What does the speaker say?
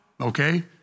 Okay